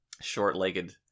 short-legged